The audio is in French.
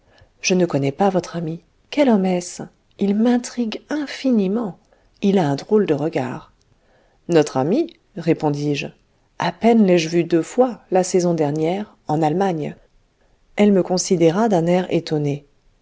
je ne connais pas votre ami quel homme est-ce il m'intrigue infiniment il a un drôle de regard notre ami répondis-je à peine l'ai-je vu deux fois la saison dernière en allemagne elle me considéra d'un air étonné